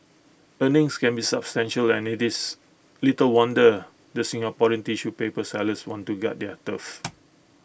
earnings can be substantial and IT is little wonder the Singaporean tissue paper sellers want to guard their turf